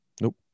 Nope